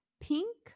pink